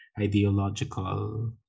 ideological